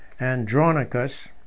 Andronicus